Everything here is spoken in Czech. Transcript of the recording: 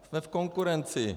Jsme v konkurenci.